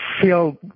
feel